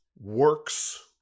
works